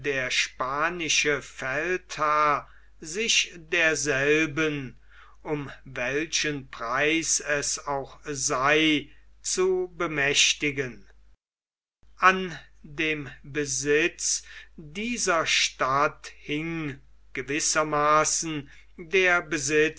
der spanische feldherr sich derselben um welchen preis es auch sei zu bemächtigen an dem besitz dieser stadt hing gewissermaßen der besitz